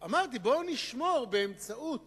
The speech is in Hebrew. אמרתי: בואו נשמור באמצעות